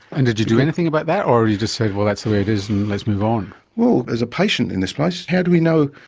and did you do anything about that or you just said, well, that's the way it is and let's move on. well, as a patient in this place, how do we know,